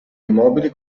immobili